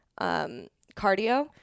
cardio